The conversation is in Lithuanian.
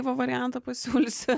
variantą pasiūlisiu